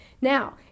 Now